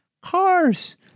Cars